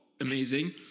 amazing